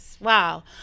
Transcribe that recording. wow